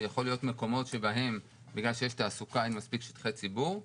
שיכולים להיות מקומות שבהם בגלל שיש תעסוקה אין מספיק שטחי ציבור.